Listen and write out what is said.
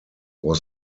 was